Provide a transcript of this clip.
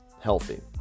healthy